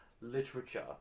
literature